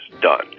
done